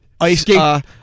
ice